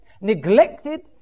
Neglected